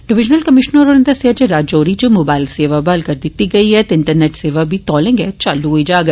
divisional commissioner होरें दस्सेआ जे राजौरी च मोबाइल सेवा बहाल करी दित्ती गेई ऐ ते इंटरनेट सेवा बी तौले गै चालू होई जाग